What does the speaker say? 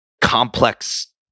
complex